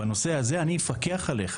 בנושא הזה אני אפקח עליך.